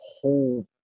whole